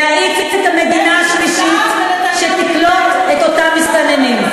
להאיץ את נושא המדינה השלישית שתקלוט את אותם מסתננים.